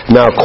Now